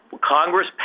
Congress